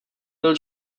byl